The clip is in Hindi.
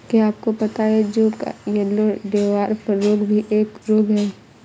क्या आपको पता है जौ का येल्लो डवार्फ रोग भी एक रोग है?